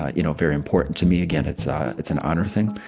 ah you know, very important to me. again, it's a it's an honor thing.